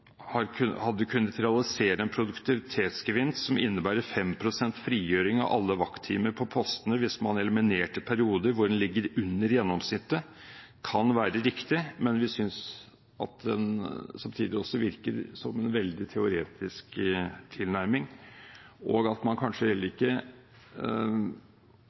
hadde kunnet realisert en produktivitetsgevinst som innebærer 5 pst. frigjøring av alle vakttimene på postene hvis man eliminerte perioder hvor man ligger under gjennomsnittet, kan være riktig, men vi synes samtidig at det virker som en veldig teoretisk tilnærming, og at man kanskje heller